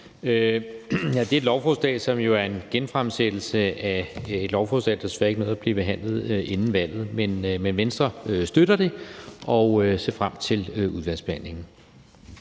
Det er et lovforslag, som jo er en genfremsættelse af et lovforslag, der desværre ikke nåede at blive behandlet inden valget. Venstre støtter det og ser frem til udvalgsbehandlingen.